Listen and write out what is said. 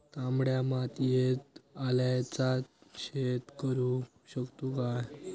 तामड्या मातयेत आल्याचा शेत करु शकतू काय?